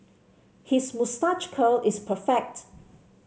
his moustache curl is perfect